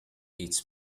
its